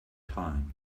time